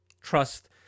trust